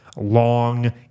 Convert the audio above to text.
long